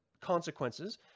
consequences